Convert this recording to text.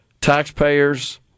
taxpayers